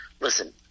Listen